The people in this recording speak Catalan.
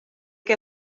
què